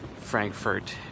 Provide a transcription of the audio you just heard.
Frankfurt